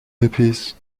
hippies